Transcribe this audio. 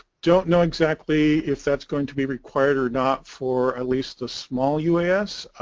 don't know exactly if that's going to be required or not for at least a small uas,